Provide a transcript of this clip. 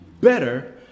better